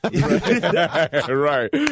Right